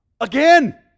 again